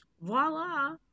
voila